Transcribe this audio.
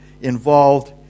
involved